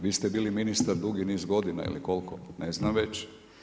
Vi ste bili ministar dugih niz godina ili koliko, ne znam već.